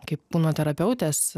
kaip kūno terapeutės